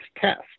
test